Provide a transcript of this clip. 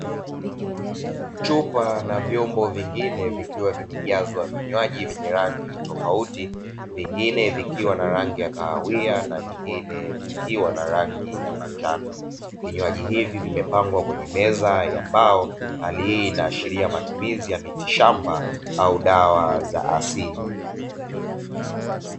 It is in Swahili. Chupa na vyombo vingine vikiwa vimejazwa vinywaji vyenye rangi tofauti, vingine vikiwa vina rangi ya kahawia na nyingine zikiwa na rangi za manjano; vinywaji hivi vimepangwa kwenye meza ya mbao. Hali hii inaashiria matumizi ya miti shamba au dawa za asilia.